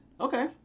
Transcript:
Okay